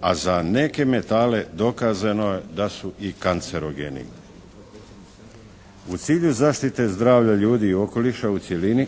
a za neke metale dokazano je da su i kancerogeni. U cilju zaštite zdravlja ljudi i okoliša u cjelini